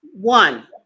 One